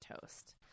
toast